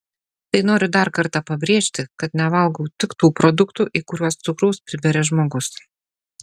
tai noriu dar kartą pabrėžti kad nevalgau tik tų produktų į kuriuos cukraus priberia žmogus